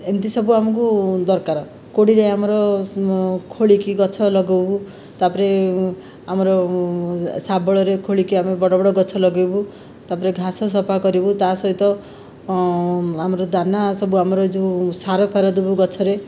ଏମିତି ସବୁ ଆମକୁ ଦରକାର କୋଡ଼ିରେ ଆମର ଖୋଳିକି ଗଛ ଲଗାଉ ତା'ପରେ ଆମର ଶାବଳରେ ଖୋଳିକି ଆମେ ବଡ଼ ବଡ଼ ଗଛ ଲଗାଇବୁ ତା'ପରେ ଘାସ ସଫାକରିବୁ ତା' ସହିତ ଆମର ଦାନା ସବୁ ଆମର ଏ ଯେଉଁ ସାର ଫାର ଦେବୁ ଗଛରେ